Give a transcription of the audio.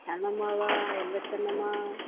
கண்ணம்மாவா எந்த கண்ணம்மா